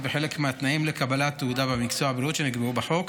בחלק מהתנאים לקבלת תעודה במקצוע הבריאות שנקבעו בחוק,